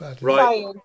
Right